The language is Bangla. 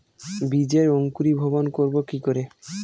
বীজের অঙ্কুরিভবন করব কি করে?